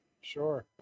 Sure